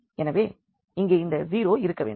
எனவே இங்கே இந்த 0 இருக்க வேண்டும்